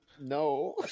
No